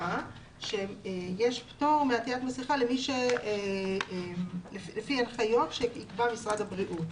מסכה שיש פטור מעטיית מסכה לפי הנחיות שיקבע משרד הבריאות.